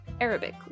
Arabic